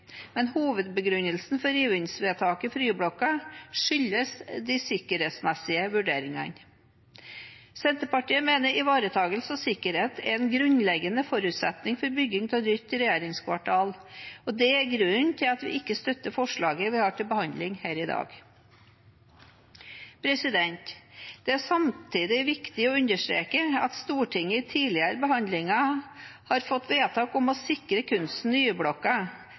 men hovedbegrunnelsen for rivingsvedtaket for Y-blokka er de sikkerhetsmessige vurderingene. Senterpartiet mener ivaretakelse av sikkerhet er en grunnleggende forutsetning for bygging av nytt regjeringskvartal, og det er grunnen til at vi ikke støtter forslaget vi har til behandling her i dag. Det er samtidig viktig å understreke at Stortinget i tidligere behandlinger har gjort vedtak om å sikre kunsten i